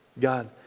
God